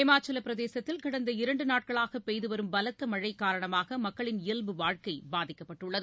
இமாசலப்பிரதேசத்தில் கடந்த இரண்டுநாட்களாகபெய்துவரும் பலத்தமழைகாரணமாகமக்களின் இயல்பு வாழ்க்கைபாதிக்கப்பட்டுள்ளது